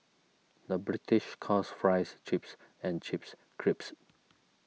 the British calls Fries Chips and Chips Crisps